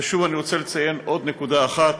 ושוב, אני רוצה לציין עוד נקודה אחת,